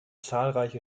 zahlreiche